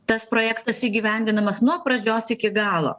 tas projektas įgyvendinamas nuo pradžios iki galo